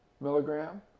milligram